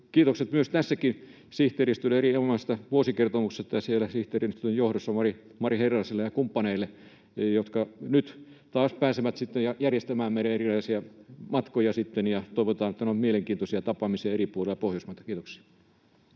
kiitokset tässäkin sihteeristölle erinomaisesta vuosikertomuksesta, siellä sihteeristön johdossa Mari Herraselle ja kumppaneille, jotka nyt taas pääsevät sitten järjestämään meille erilaisia matkoja. Toivotaan, että ne ovat mielenkiintoisia tapaamisia eri puolilla Pohjoismaita. — Kiitoksia.